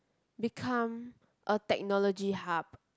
become a technology hub